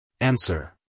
Answer